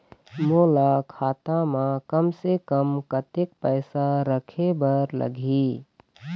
मोला खाता म कम से कम कतेक पैसा रखे बर लगही?